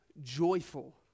joyful